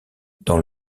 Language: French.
dans